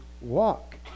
walk